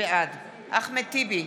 בעד אחמד טיבי,